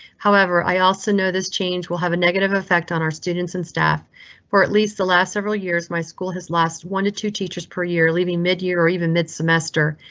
however, i also know this change will have a negative effect on our students and staff for at least the last several years my school has lost one to two teachers per year, leaving mid year or even mid semester.